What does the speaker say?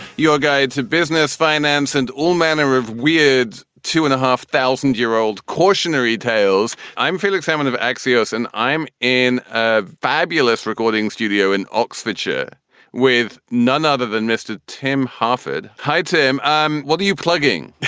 your guide to business, finance and all manner of weird two and a half thousand year old cautionary tales. i'm felix salmon of axios and i'm in ah fabulous recording studio in oxfordshire with none other than mr. tim harford. hi, tim. what are you plugging?